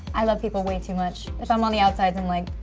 i love people way too much. if i'm on the outsides, i'm like.